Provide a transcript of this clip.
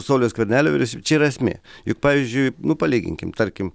sauliaus skvernelio vyriausybė čia yra esmė juk pavyzdžiui nu palyginkim tarkim